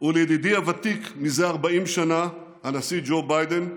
ולידידי הוותיק מזה 40 שנה הנשיא ג'ו ביידן,